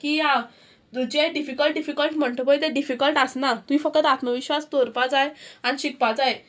की आं तुजे डिफिकल्ट डिफिकल्ट म्हणटा पळय तें डिफिकल्ट आसना तुवें फकत आत्मविश्वास दवरपा जाय आनी शिकपा जाय